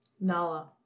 Nala